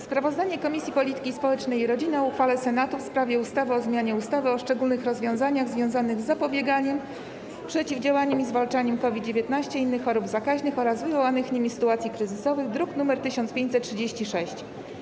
Sprawozdanie Komisji Polityki Społecznej i Rodziny o uchwale Senatu w sprawie ustawy o zmianie ustawy o szczególnych rozwiązaniach związanych z zapobieganiem, przeciwdziałaniem i zwalczaniem COVID-19, innych chorób zakaźnych oraz wywołanych nimi sytuacji kryzysowych, druk nr 1536.